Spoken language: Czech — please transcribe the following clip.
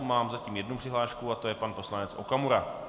Mám zatím jednu přihlášku, a to pana poslance Okamury.